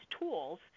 tools